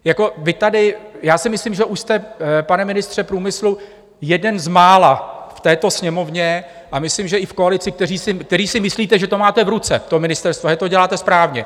Jako vy tady, já si myslím, že už jste, pane ministře průmyslu, jeden z mála v této Sněmovně, a myslím, že i v koalici, který si myslíte, že to máte v ruce, to ministerstvo, že to děláte správně.